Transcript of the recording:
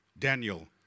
Daniel